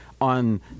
on